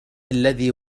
الذي